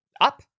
up